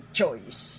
choice